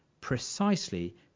precisely